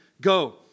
Go